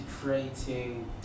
creating